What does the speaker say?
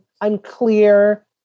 unclear